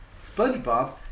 Spongebob